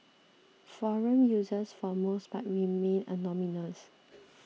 forum users for most parts remain anonymous